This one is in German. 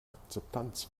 akzeptanz